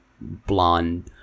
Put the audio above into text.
blonde